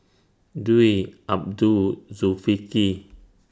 Dwi Abdul Zulkifli